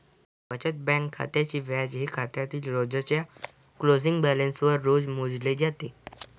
बचत बँक खात्याचे व्याज हे खात्यातील रोजच्या क्लोजिंग बॅलन्सवर रोज मोजले जाते